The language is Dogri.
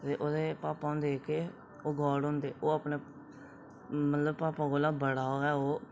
दे ओह्दे पापा होंदे जेह्के ओह् गाड होंदे ओह् अपने मतलब पापा कोला बड़ा गो ओह्